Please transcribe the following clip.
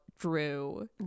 Drew